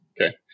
Okay